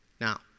Now